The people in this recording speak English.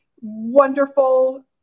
wonderful